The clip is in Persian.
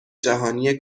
جهانی